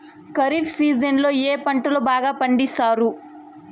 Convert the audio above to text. ఖరీఫ్ సీజన్లలో ఏ పంటలు బాగా పండిస్తారు